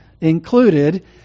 included